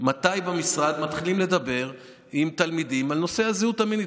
מתי במשרד מתחילים לדבר עם תלמידים בנושא הזהות המינית.